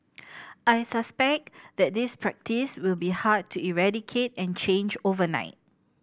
I suspect that this practice will be hard to eradicate and change overnight